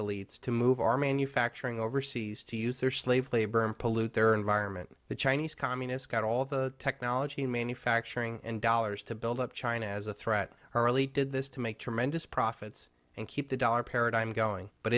elites to move our manufacturing overseas to use their slave labor and pollute their environment the chinese communists got all the technology manufacturing and dollars to build up china as a threat or really did this to make tremendous profits and keep the dollar paradigm going but